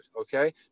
okay